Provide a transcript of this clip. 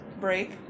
break